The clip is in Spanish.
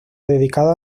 dedicado